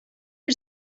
für